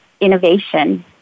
innovation